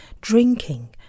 drinking